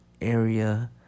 area